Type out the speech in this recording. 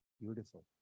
beautiful